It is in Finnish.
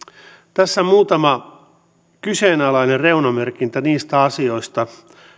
tässä muutama kyseenalainen reunamerkintä niistä asioista